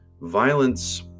violence